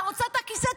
אתה רוצה את הכיסא?